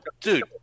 dude